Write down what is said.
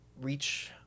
reach